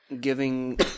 giving